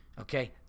okay